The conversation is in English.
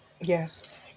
Yes